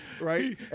Right